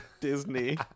disney